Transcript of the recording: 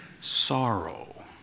sorrow